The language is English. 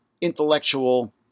intellectual